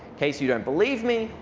case you don't believe me,